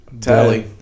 Tally